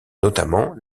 notamment